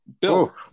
Bill